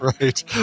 right